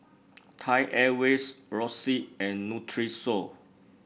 Thai Airways Roxy and Nutrisoy